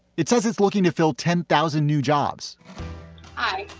it says it's looking to fill ten thousand new jobs hi,